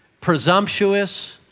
presumptuous